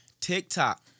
TikTok